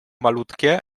malutkie